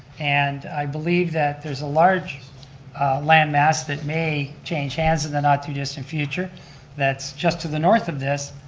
and i believe that there's a large land mass that may change hands in the not-too-distant future that's just to the north of this,